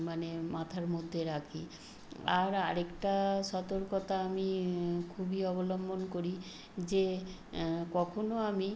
মানে মাথার মধ্যে রাখি আর আরেকটা সতর্কতা আমি খুবই অবলম্বন করি যে কক্ষণও আমি